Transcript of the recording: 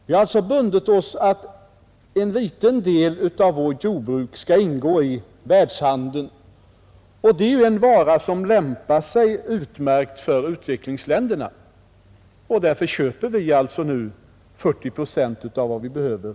Vi har alltså bundit oss för att en liten del av vårt jordbruk skall ingå i världshandeln. Socker är en vara som lämpar sig utmärkt för utvecklingsländerna och därför köper vi nu från utlandet 40 procent av vad vi behöver.